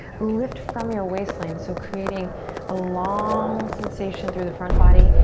lift from your waistline. so creating a long sensation through the front body,